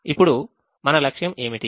ఇప్పుడు మన లక్ష్యం ఏమిటి